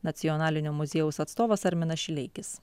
nacionalinio muziejaus atstovas arminas šileikis